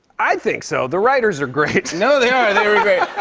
i think so. the writers are great. no, they are. they're really great.